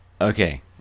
Okay